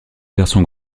garçons